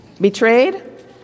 Betrayed